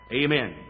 amen